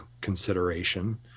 consideration